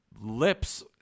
lips